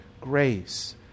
grace